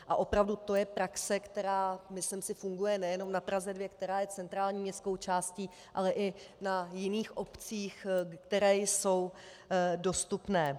A opravdu to je praxe, která, myslím si, funguje nejenom na Praze 2, která je centrální městskou částí, ale i na jiných obcích, které jsou dostupné.